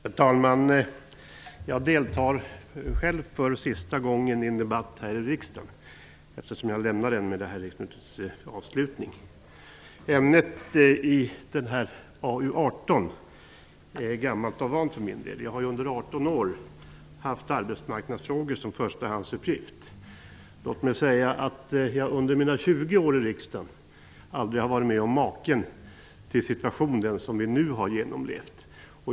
Herr talman! Jag deltar själv för sista gången i en debatt här i riksdagen, eftersom jag lämnar riksdagen i och med det här riksmötets avslutning. Ämnet i betänkandet AU18 är gammalt och vant för min del. Jag har ju under 18 år haft arbetsmarknadsfrågor som förstahandsuppgift. Under mina 20 år i riksdagen har jag aldrig varit med om maken till situation till den som vi nu har genomlevt.